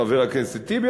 חבר הכנסת טיבי,